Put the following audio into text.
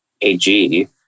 AG